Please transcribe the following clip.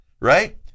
right